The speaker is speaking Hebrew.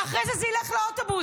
ואחרי זה זה ילך לאוטובוס,